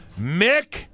Mick